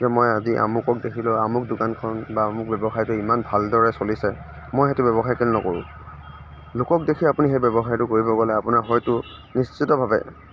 যে মই আজি আমুকক দেখিলোঁ আমুক দোকানখন বা আমুক ব্য়ৱসায়টো ইমান ভালদৰে চলিছে মই সেইটো ব্য়ৱসায় কেলৈ নকৰোঁ লোকক দেখি আপুনি সেই ব্য়ৱসায়টো কৰিব গ'লে আপোনাৰ হয়তো নিশ্চিতভাৱে